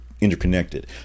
interconnected